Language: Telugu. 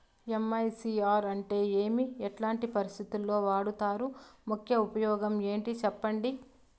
ఎమ్.ఐ.సి.ఆర్ అంటే ఏమి? ఎట్లాంటి పరిస్థితుల్లో వాడుతారు? ముఖ్య ఉపయోగం ఏంటి సెప్పండి?